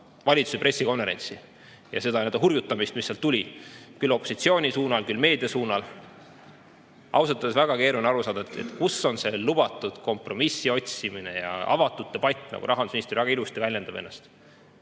valitsuse pressikonverentsi ja seda hurjutamist, mis sealt tuli, küll opositsiooni suunas, küll meedia suunas. Ausalt öeldes on väga keeruline aru saada, kus on see lubatud kompromissi otsimine ja avatud debatt, nagu rahandusminister väga ilusti väljendab ennast.